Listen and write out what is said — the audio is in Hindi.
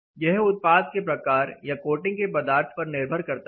यह उत्पाद के प्रकार या कोटिंग के पदार्थ पर निर्भर करती है